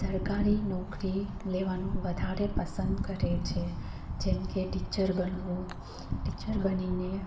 સરકારી નોકરી લેવાનું વધારે પસંદ કરે છે જેમકે ટીચર બનવું ટીચર બનીને